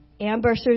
ambushers